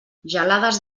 gelades